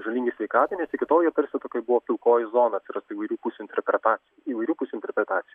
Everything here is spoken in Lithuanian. žalingi sveikatai nes iki tol jie tarsi tokioj buvo pilkoj zonoj atsirasdavo įvairių pusių interpretacijų įvairių pusių interpretacijų